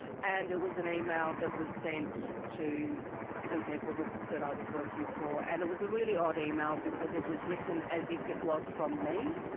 and it was an email that was sent to some people that that i was working for, and it was a really odd email, because it was written as if it was from me.